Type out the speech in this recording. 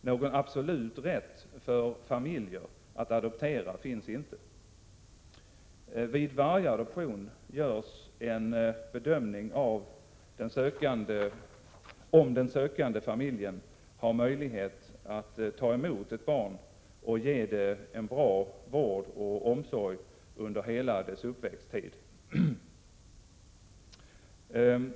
Någon absolut rätt för familjer att adoptera finns inte, Vid varje adoption görs en bedömning om den sökande fåmiljen har möjlighet att ta emot ett barn och ge det en bra vård och omsorg under hela dess uppväxttid.